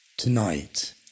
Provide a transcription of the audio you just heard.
Tonight